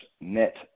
net